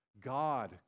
God